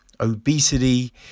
Obesity